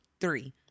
three